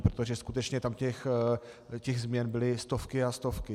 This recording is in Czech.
Protože skutečně tam těch změn byly stovky a stovky.